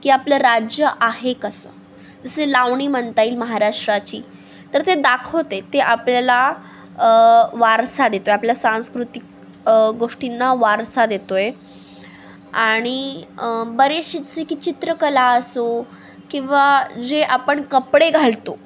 की आपलं राज्य आहे कसं जसे लावणी म्हणता येईल महाराष्ट्राची तर ते दाखवते ते आपल्याला वारसा देतो आहे आपल्या सांस्कृतिक गोष्टींना वारसा देतो आहे आणि बरेचसे जसे की चित्रकला असो किंवा जे आपण कपडे घालतो